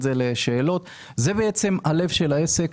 זה הלב של העסק.